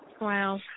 Wow